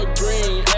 green